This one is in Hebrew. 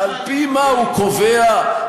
על-פי מה הוא קובע.